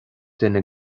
duine